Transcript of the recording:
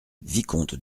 vicomte